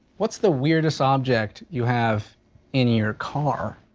what's the weirdest object you have in your car?